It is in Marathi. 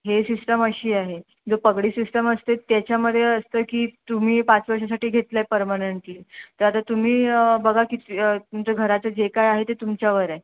हे सिस्टम अशी आहे जो पगडी सिस्टम असते त्याच्यामध्ये असतं की तुम्ही पाच वर्षासाठी घेतला आहे परमानंटली तर आता तुम्ही बघा किती तुमच्या घराचं जे काय आहे ते तुमच्यावर आहे